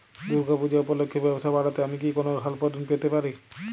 দূর্গা পূজা উপলক্ষে ব্যবসা বাড়াতে আমি কি কোনো স্বল্প ঋণ পেতে পারি?